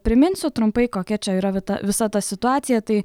priminsiu trumpai kokia čia yra vita visa ta situacija tai